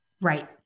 Right